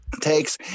takes